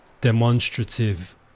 demonstrative